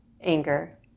anger